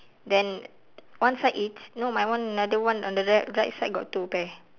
then one side each no my one another one on the righ~ right side got two pair